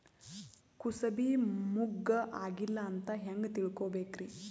ಕೂಸಬಿ ಮುಗ್ಗ ಆಗಿಲ್ಲಾ ಅಂತ ಹೆಂಗ್ ತಿಳಕೋಬೇಕ್ರಿ?